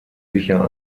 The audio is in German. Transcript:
sicher